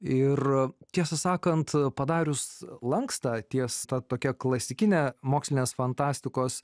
ir tiesą sakant padarius lankstą ties ta tokia klasikine mokslinės fantastikos